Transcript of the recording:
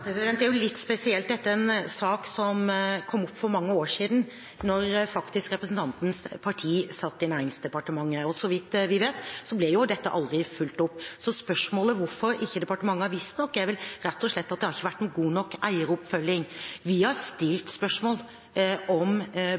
er jo litt spesielt, dette – en sak som kom opp for mange år siden, da representantens parti satt i Næringsdepartementet, og så vidt vi vet, ble dette aldri fulgt opp. Så på spørsmålet om hvorfor ikke departementet har visst nok, er vel rett og slett svaret at det har ikke vært en god nok eieroppfølging. Vi har stilt spørsmål om